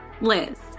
Liz